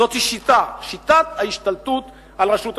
זאת שיטה, שיטת ההשתלטות על רשות השידור.